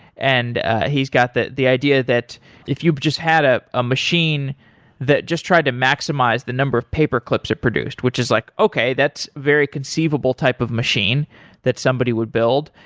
and he's got the the idea that if you just had a ah machine that just try to maximize the number of paperclips are produced, which is like, okay, that's very conceivable type of machine that somebody would build.